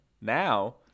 now